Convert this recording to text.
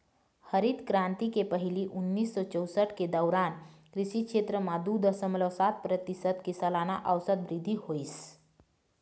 हरित करांति के पहिली उन्नीस सौ चउसठ के दउरान कृषि छेत्र म दू दसमलव सात परतिसत के सलाना अउसत बृद्धि होइस